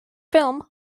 film